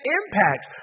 impact